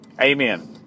Amen